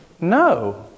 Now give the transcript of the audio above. No